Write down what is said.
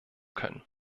können